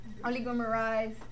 oligomerize